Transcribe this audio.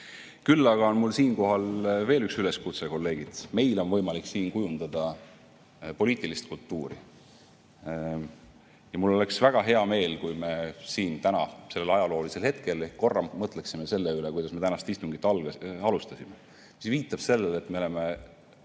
Küll aga on mul siinkohal veel üks üleskutse, kolleegid. Meil on võimalik siin kujundada poliitilist kultuuri. Mul oleks väga hea meel, kui me siin täna sellel ajaloolisel hetkel korra mõtleksime selle üle, kuidas me tänast istungit alustasime. See viitab sellele, et me oleme